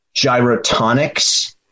gyrotonics